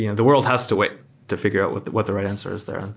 you know the world has to wait to fi gure out what what the right answer is there.